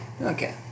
Okay